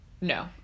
No